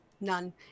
none